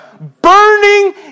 burning